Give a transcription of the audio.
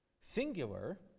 singular